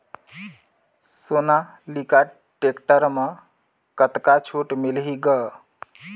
Sonalika tractor म कतका छूट मिलही ग?